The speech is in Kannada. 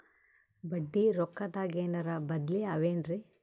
ಬಡ್ಡಿ ರೊಕ್ಕದಾಗೇನರ ಬದ್ಲೀ ಅವೇನ್ರಿ?